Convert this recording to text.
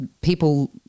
people